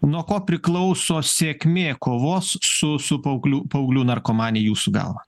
nuo ko priklauso sėkmė kovos su su paauglių paauglių narkomanija jūsų galva